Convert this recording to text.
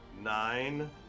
Nine